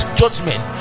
judgment